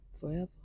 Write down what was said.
forever